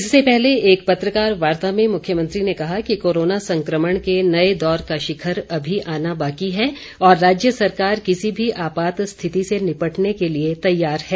इससे पहले एक पत्रकार वार्ता में मुख्यमंत्री ने कहा कि कोरोना संक्रमण के नए दौर का शिखर अभी आना बाकी है और राज्य सरकार किसी भी आपात स्थिति से निपटने के लिए तैयार है